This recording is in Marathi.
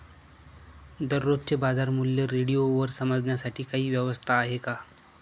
दररोजचे बाजारमूल्य रेडिओवर समजण्यासाठी काही व्यवस्था आहे का?